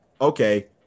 okay